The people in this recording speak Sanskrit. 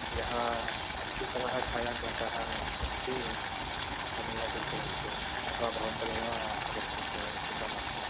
यः अत्युत्तमः छायाग्राहकः अस्ति तमेव सूचयन्तु अथवा भवन्तः एव आगच्छन्तु चिन्तानास्ति